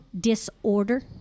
disorder